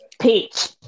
Peach